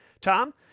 Tom